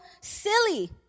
silly